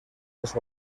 les